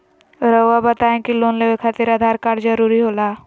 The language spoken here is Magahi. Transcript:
रौआ बताई की लोन लेवे खातिर आधार कार्ड जरूरी होला?